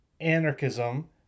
anarchism